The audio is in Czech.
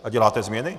A děláte změny.